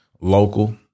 local